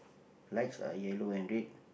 lights are yellow and red